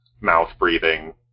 mouth-breathing